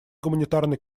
гуманитарный